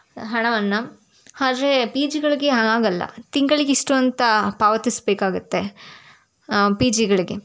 ಹಣವನ್ನು ಆದರೆ ಪಿ ಜಿಗಳಿಗೆ ಹಾಗಲ್ಲ ತಿಂಗಳಿಗೆ ಇಷ್ಟು ಅಂತ ಪಾವತಿಸಬೇಕಾಗತ್ತೆ ಪಿ ಜಿಗಳಿಗೆ